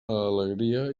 alegria